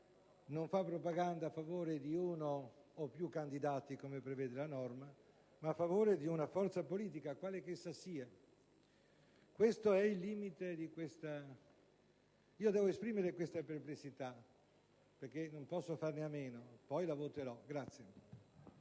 non fa propaganda a favore di uno o più candidati, come prevede la norma, ma a favore di una forza politica, quale che essa sia. Questo è il limite. Devo esprimere questa perplessità, perché non posso farne a meno. Poi voterò il